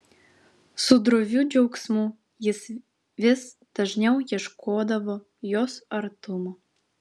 su droviu džiaugsmu jis vis dažniau ieškodavo jos artumo